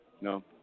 No